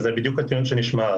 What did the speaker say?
זה בדיוק הטיעון שנשמע,